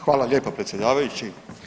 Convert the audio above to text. Hvala lijepa predsjedavajući.